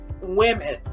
women